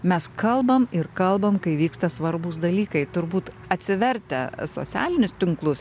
mes kalbam ir kalbam kai vyksta svarbūs dalykai turbūt atsivertę socialinius tinklus